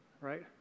Right